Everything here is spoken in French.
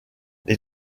les